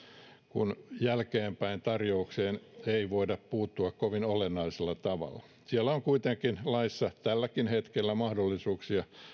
kun jälkeenpäin tarjoukseen ei voida puuttua kovin olennaisella tavalla laissa on kuitenkin tälläkin hetkellä mahdollisuuksia